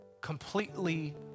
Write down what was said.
completely